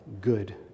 good